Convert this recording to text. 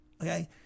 okay